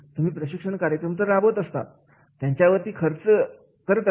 तुम्ही प्रशिक्षण कार्यक्रम राबवत असतात त्यांच्यावर ती खर्च करीत असतात